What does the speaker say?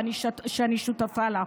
שאני שותפה לה.